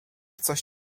coś